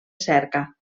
cerca